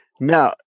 Now